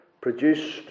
produced